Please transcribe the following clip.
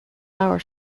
leabhar